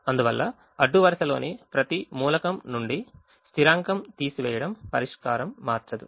అందువల్ల అడ్డు వరుసలోని ప్రతి మూలకం నుండి స్థిరాంకం తీసివేయడం వలన పరిష్కారం మారదు